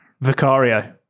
Vicario